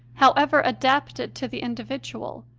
however adapted to the individual,